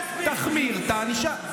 תן לי להסביר, את הענישה.